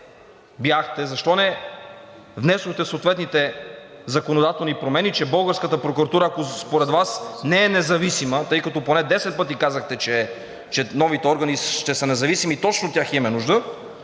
бяхте? Защо не внесохте съответните законодателни промени, че българската прокуратура, ако според Вас не е независима, тъй като поне 10 пъти казахте, че новите органи ще са независими и точно от тях имаме нужда,